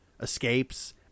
escapes